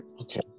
okay